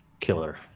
killer